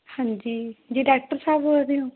ਹਾਂਜੀ ਜੀ ਡਾਕਟਰ ਸਾਹਿਬ ਬੋਲ ਰਹੇ ਹੋ